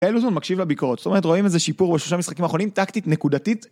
אלוזון מקשיב לביקורות, זאת אומרת רואים איזה שיפור בשלושה משחקים האחרונים טקטית נקודתית?